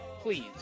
please